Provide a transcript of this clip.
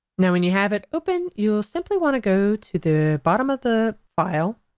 now when you have it open you'll simply want to go to the bottom of the file,